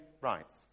rights